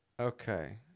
Okay